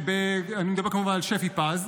אני מדבר כמובן על שפי פז.